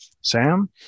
Sam